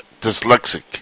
Dyslexic